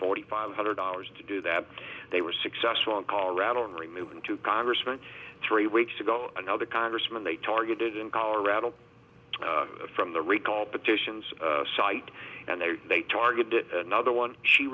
forty five hundred dollars to do that they were successful in colorado in removing two congressman three weeks ago another congressman they targeted in colorado from the recall petitions site and then they targeted another one she